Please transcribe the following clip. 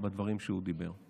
בדברים שהוא דיבר.